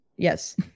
Yes